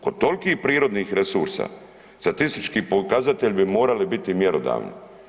Kod tolikih prirodnih resursa, statistički pokazatelji bi morali biti mjerodavni.